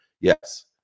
Yes